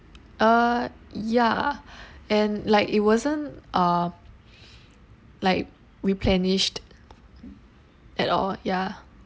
uh ya and like it wasn't uh like replenished at all ya